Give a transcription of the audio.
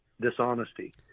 dishonesty